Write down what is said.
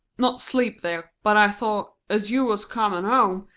not sleep there but i thought, as you was comin' home,